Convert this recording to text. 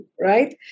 right